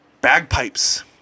bagpipes